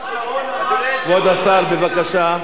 כבוד השר, בבקשה.